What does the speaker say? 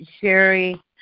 Sherry